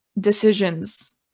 decisions